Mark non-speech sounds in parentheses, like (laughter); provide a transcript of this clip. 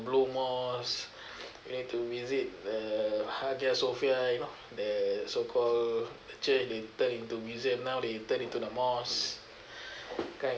blue mosque (breath) you need to visit the hagia sophia you know the so called church they turn into museum now they turn into the mosque kan